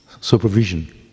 supervision